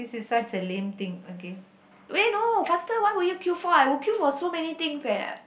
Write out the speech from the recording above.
wait no faster what will you queue for I will queue for so many things eh